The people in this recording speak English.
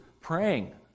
praying